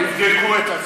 תבדקו את עצמכם.